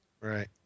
Right